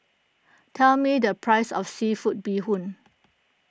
tell me the price of Seafood Bee Hoon